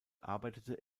arbeitete